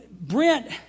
Brent